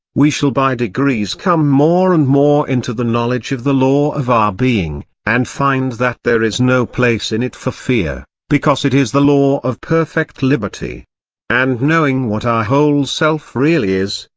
we shall by degrees come more and more into the knowledge of the law of our being, and find that there is no place in it for fear, because it is the law of perfect liberty and knowing what our whole self really is,